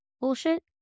bullshit